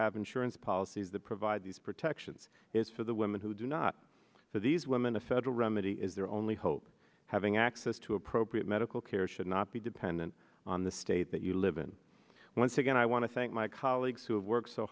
have insurance policies that provide these protections is for the women who do not for these women a federal remedy is their only hope having access to appropriate medical care should not be dependent on the state that you live in once again i want to thank my colleagues who have worked so